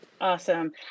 Awesome